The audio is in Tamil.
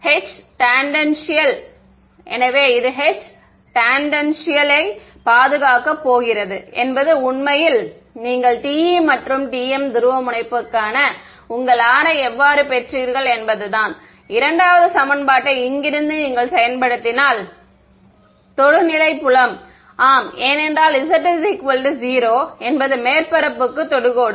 மாணவர் H டான்ஜென்ஷியல் எனவே அது H டான்ஜென்ஷியளை பாதுகாக்கப் போகிறது என்பது உண்மையில் நீங்கள் TE மற்றும் TM துருவமுனைப்புக்கான உங்கள் R ஐ எவ்வாறு பெற்றீர்கள் என்பதுதான் இரண்டாவது சமன்பாட்டை இங்கிருந்து நீங்கள் செயல்படுத்தினால் மாணவர் தொடுநிலை புலம் ஆமாம் ஏனென்றால் z 0 என்பது மேற்பரப்புக்கு தொடுகோடு